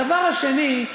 הדבר השני,